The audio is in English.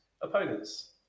Opponents